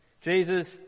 Jesus